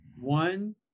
One